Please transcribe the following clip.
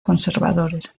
conservadores